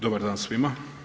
Dobar dan svima.